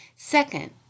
Second